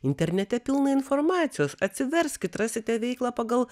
internete pilna informacijos atsiverskit rasite veiklą pagal